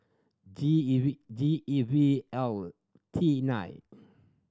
G E V G E V L T nine